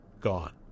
gone